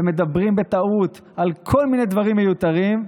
ומדברים בטעות על כל מיני דברים מיותרים,